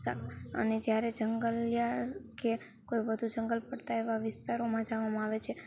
સાક અને જ્યારે જંગલિયાળ કે કોઈ વધુ જંગલ પડતા એવા વિસ્તારોમાં જવામાં આવે છે